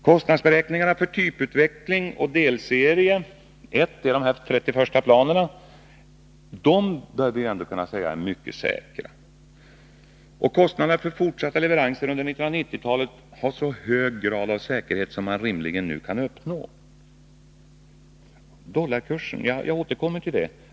Kostnadsberäkningarna för typutveckling och delserie 1, alltså de 30 första planen, bör kunna sägas vara mycket säkra. Och kostnadsberäkningarna avseende leveransen under 1990-talet har så hög grad av säkerhet som man rimligen nu kan uppnå. Jag återkommer till dollarkursen.